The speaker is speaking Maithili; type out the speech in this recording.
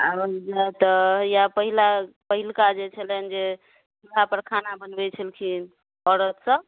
आब तऽ या पहिला पहिलका जे छलैन जे चूल्हा पर खाना बनबै छलखिन औरतसब